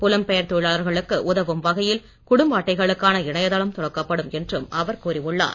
புலம்பெயர் தொழிலாளர்களுக்கு உதவும் வகையில் குடும்ப அட்டைகளுக்கான இணையதளம் தொடக்கப் படும் என்றும் அவர் கூறியுள்ளார்